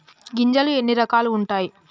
గింజలు ఎన్ని రకాలు ఉంటాయి?